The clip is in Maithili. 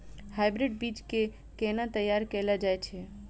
हाइब्रिड बीज केँ केना तैयार कैल जाय छै?